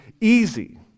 easy